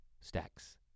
stacks